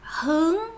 hướng